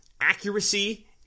accuracy